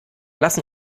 lassen